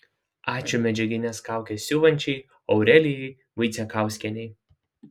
ačiū medžiagines kaukes siuvančiai aurelijai vaicekauskienei